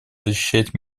защищать